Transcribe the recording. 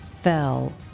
fell